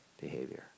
behavior